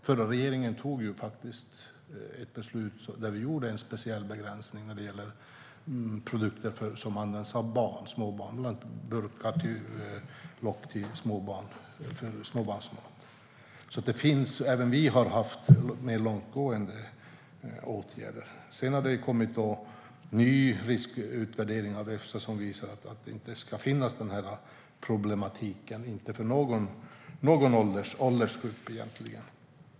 Förra regeringen tog initiativ till en speciell begränsning när det gäller produkter som används av små barn, bland annat lock till barnmatsburkar. Även vi har haft mer långtgående åtgärder. Sedan har det kommit ny riskutvärdering från Efsa som visar att den problematiken inte finns för någon åldersgrupp egentligen.